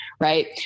right